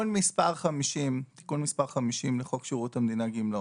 תיקון מס' 50 לחוק שירות המדינה (גמלאות)